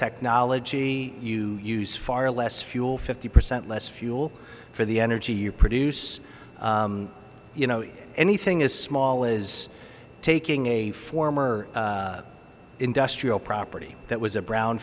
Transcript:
technology you use far less fuel fifty percent less fuel for the energy you produce you know anything is small is taking a former industrial property that was a brown